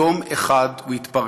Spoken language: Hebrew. יום אחד הוא יתפרץ,